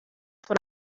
what